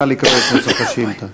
נא לקרוא את נוסח השאילתה.